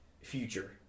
future